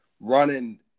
running